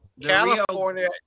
California